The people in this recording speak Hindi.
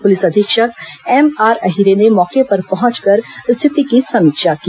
पुलिस अधीक्षक एमआर अहिरे ने मौके पर पहुंचकर स्थिति की समीक्षा की